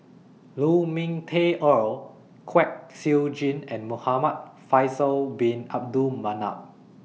Lu Ming Teh Earl Kwek Siew Jin and Muhamad Faisal Bin Abdul Manap